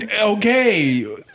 Okay